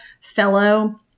fellow